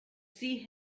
see